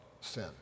sin